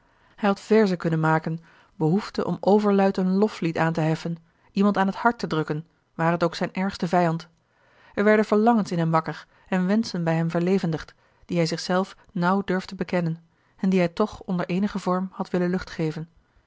had verzen kunnen maken behoefte om overluid een loflied aan te heffen iemand aan het hart te drukken ware het ook zijn ergste vijand er werden verlangens in hem wakker en wenschen bij hem verlevendigd die hij zich zelf nauw durfde bekennen en die hij toch onder eenigen vorm had willen lucht geven